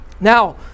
now